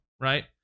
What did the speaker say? right